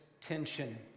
tension